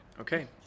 okay